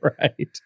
Right